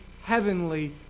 heavenly